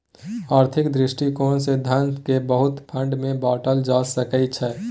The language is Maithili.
आर्थिक दृष्टिकोण से धन केँ बहुते फंड मे बाटल जा सकइ छै